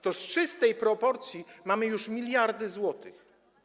To z czystej proporcji są już miliardy złotych.